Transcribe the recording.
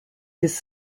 his